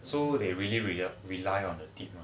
so they really really rely on the tip